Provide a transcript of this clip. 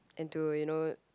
and to you know